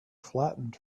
flattened